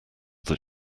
that